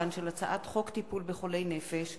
חוק הסדרת שעות פעילות בגני-הילדים הממלכתיים,